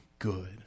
Good